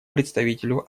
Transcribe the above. представителю